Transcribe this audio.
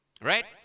Right